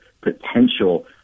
potential